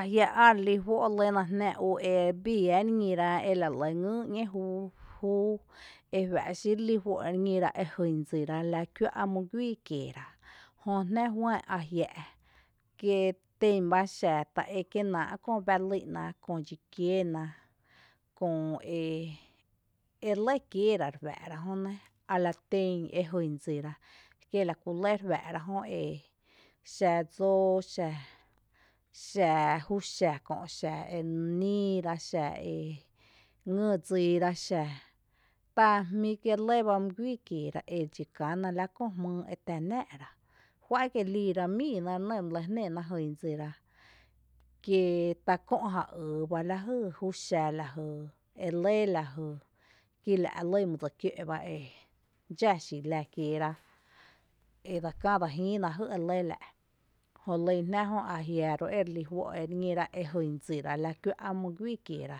Ajiⱥ’ ä’ relí juó’ lyna jnⱥ ú ebii iⱥ reñíra e la re lɇ ngyy júu ejuⱥ’ xí re lí juó’ ere ñíra e jyn dsira la kuⱥ’ mý guíi kieera jö jná juá’n ajia’ kie tén bá xá ta ékie’ náa’ kö bⱥ lý’na köo dxi kiéna köö e lɇ kieera re juⱥ’ra jöné ala ten e jyn dsira kié la kú lɇ ere uⱥ’ra jöné, xa dsóo xa, xa júu xá kö’, xa e níira kö xa e ngy dsira xá, ta jmí’ kié’ lɇ ba mý guíi kieera edxi käna la köö jmýy e tⱥ nⱥⱥ’ rá jua’n kié’ liira míina re nɇ my lⱥ jnéna jyn dsira kí ta kö’ ja yy bá lajy jú xa lajy, e lɇ lajy, kiela’ lyn mýdsikiǿ’ bá e dxá xí la kieera, edse kää dse jïïna lajy e lɇ la’ jö lyn jná jö ajia’ ro ere lí juó’ ere ñíra e jyn dsira la kuⱥⱥ’ mý guíi kieera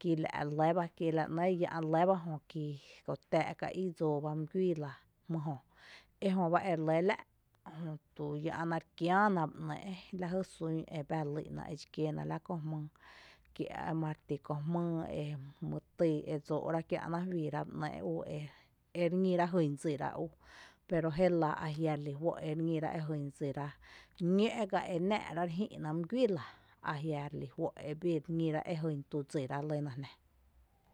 kí la’ re lɇ bá kiela ‘née’ re yⱥ’ re lɇ bá jö kí köö tⱥⱥ’ kaí dsoo ba mý guíi la mý jö ejöba e re lɇ la’, jötu re yⱥ’ ná re kiáaná bá ‘née’ lajy sun e bⱥ lý’na edxi kiéna la köö jmýy kí emaritý köö jmýy e dsóo’ra kiá’ ná juiira ba ‘née’ ú ere ñíra jyn dsira ú pero jelⱥ a jia’ relí juó’ ere ñira jyn dsira ñǿ’ gá e náa’ra re jï’ná mý guíi la ajia’ relí juó’ ebii re ñira e jyn tu dsira lýna jná.